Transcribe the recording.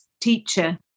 teacher